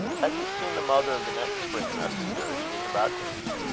had he seen the mother of the next spring-messenger he was about to meet,